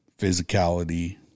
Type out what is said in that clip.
physicality